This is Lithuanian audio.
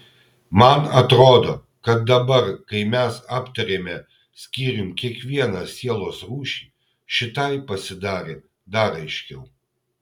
man atrodo kad dabar kai mes aptarėme skyrium kiekvieną sielos rūšį šitai pasidarė dar aiškiau